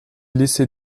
laissé